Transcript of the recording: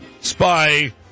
Spy